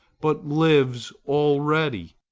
but lives already.